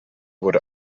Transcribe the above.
wurde